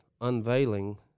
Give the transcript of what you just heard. unveiling